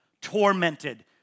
tormented